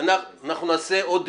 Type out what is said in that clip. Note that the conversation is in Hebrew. אנחנו נעשה עוד דיון,